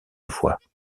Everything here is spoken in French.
voit